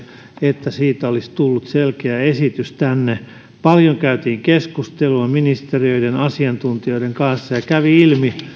että siitä olisi tullut selkeä esitys tänne paljon käytiin keskustelua ministeriöiden asiantuntijoiden kanssa ja kävi ilmi